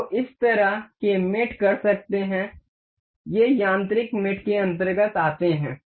तो इस तरह के मेट कर सकते हैं ये यांत्रिक मेट के अंतर्गत आते हैं